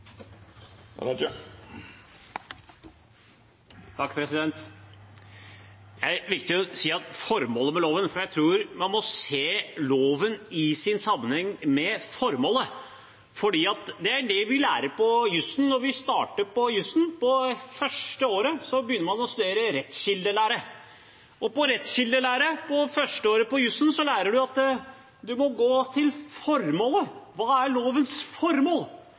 med loven er viktig, for jeg tror man må se loven i sammenheng med formålet. Det er det vi lærer på jussen, når vi starter på første året. Da begynner man å studere rettskildelære. På rettskildelære i førsteåret på jussen lærer man at man må gå til formålet. Hva er lovens formål?